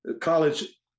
college